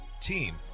Team